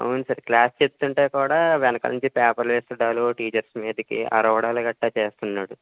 అవును sir class చెప్తుంటే కూడా వెనుక నుంచి పేపర్స్ వేస్తున్నాడు టీచర్స్ మీదకి అరవడాలు గట్రా చేస్తున్నాడు